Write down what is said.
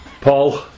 Paul